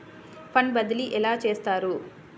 Fund బదిలీ ఎలా చేస్తారు?